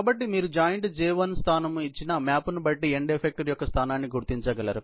కాబట్టి మీరు joint J1 స్థానం ఇచ్చిన మ్యాప్ను బట్టి ఎండ్ ఎఫెక్టార్ యొక్క స్థానాన్ని గుర్తించగలిగారు